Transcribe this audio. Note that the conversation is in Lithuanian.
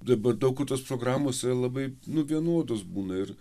dabar daug kur tos programos yra labai nu vienodos būna ir